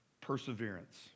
perseverance